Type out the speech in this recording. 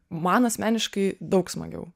man asmeniškai daug smagiau